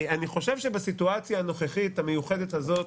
אני חושב שבסיטואציה הנוכחית, המיוחדת הזאת,